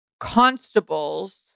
constables